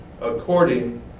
according